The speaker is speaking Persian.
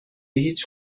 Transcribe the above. هیچ